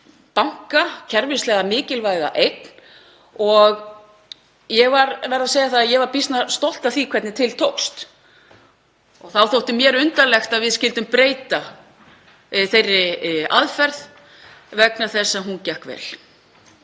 banka, kerfislega mikilvæga eign, og ég verð að segja að ég var býsna stolt af því hvernig til tókst. Þá þótti mér undarlegt að við skyldum breyta þeirri aðferð vegna þess að hún gekk vel.